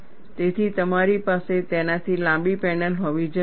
તેથી તમારી પાસે તેનાથી લાંબી પેનલ હોવી જરૂરી છે